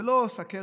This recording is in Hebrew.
זה לא סוכרת,